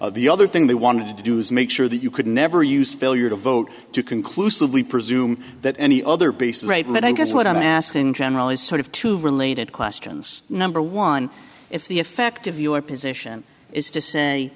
the other thing they wanted to do is make sure that you could never use failure to vote conclusively presume that any other piece of rape but i guess what i'm asking general is sort of two related questions number one if the effect of your position is to say